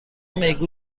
میگو